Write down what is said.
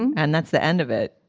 and that's the end of it.